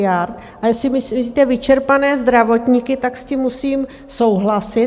A jestli myslíte vyčerpané zdravotníky, tak s tím musím souhlasit.